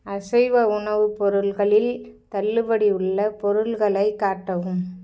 அசைவ உணவுப் பொருள்களில் தள்ளுபடி உள்ள பொருள்களை காட்டவும்